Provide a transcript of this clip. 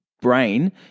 brain